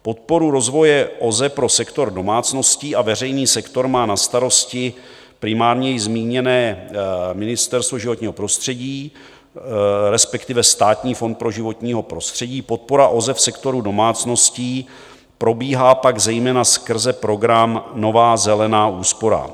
Podporu rozvoje OZE pro sektor domácností a veřejný sektor má na starosti primárně již zmíněné Ministerstvo životního prostředí, respektive Státní fond pro životní prostředí, podpora OZE v sektoru domácností probíhá pak zejména skrze program Nová zelená úsporám.